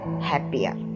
happier